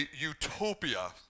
utopia